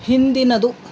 ಹಿಂದಿನದು